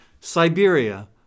Siberia